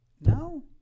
No